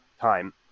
time